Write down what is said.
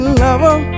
lover